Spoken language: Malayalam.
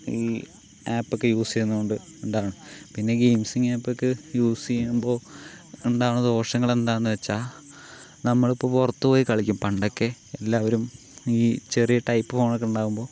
ഈ ആപ്പൊക്കെ യൂസ് ചെയ്യുന്നതുകൊണ്ട് ഇതാണ് പിന്നെ ഗെയിംസിംഗ് ആപ്പൊക്കെ യുസ് ചെയ്യുമ്പോൾ ഉണ്ടാവണ ദോഷങ്ങളെന്താണെന്ന് വെച്ചാൽ നമ്മളിപ്പോൾ പുറത്ത് പോയി കളിക്കും പണ്ടൊക്കെ എല്ലാവരും ഈ ചെറിയ ടൈപ്പ് ഫോണൊക്കെയുണ്ടാവുമ്പോൾ